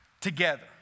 together